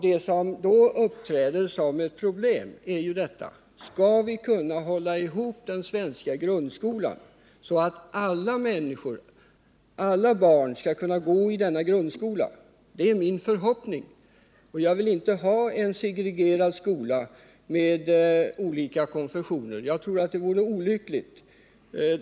Det som då uppträder som ett problem är detta: Skall vi kunna hålla ihop den svenska grundskolan så att alla barn kan gå i den? Det är min förhoppning. Jag vill inte ha en segregerad skola med olika konfessioner. Det vore olyckligt om vi fick en sådan.